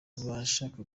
abashaka